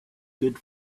good